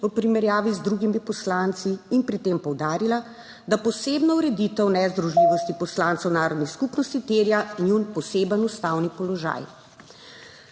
v primerjavi z drugimi poslanci in pri tem poudarila, da posebna ureditev nezdružljivosti poslancev narodnih skupnosti terja njun poseben ustavni položaj.